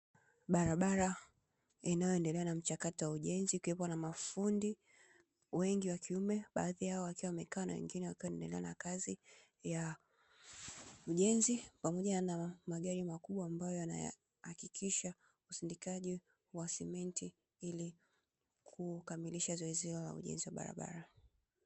Barabara inayoendelea na mchakato wa ujenzi ikiwepo na mafundi wengi wa kiume wakiwa wamekaa na wengine wakiendelea na kazi ya ujenzi pamoja na magari makubwa ambayo yanahakikisha usindikaji wa simenti ili kukamilisha zoezi hilo la ujenzi wa barabara.